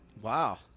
Wow